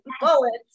bullets